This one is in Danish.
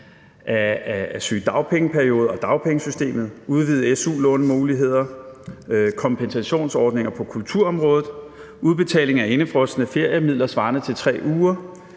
af sygedagpengeperioden og dagpengesystemet, udvidede su-lånemuligheder, kompensationsordninger på kulturområdet, udbetaling af indefrosne feriemidler svarende til 3 uger,